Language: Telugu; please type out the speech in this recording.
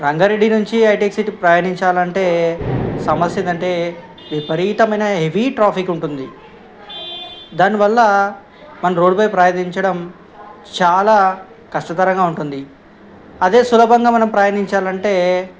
రంగారెడ్డి నుంచి హ హైటీక్ సిటీ ప్రయాణించాలంటే సమస్య ఏంటంటే విపరీతమైన హెవీ ట్రాఫిక్ ఉంటుంది దానివల్ల మనం రోడ్లపై ప్రయాణించడం చాలా కష్టతరంగా ఉంటుంది అదే సులభంగా మనం ప్రయాణించాలంటే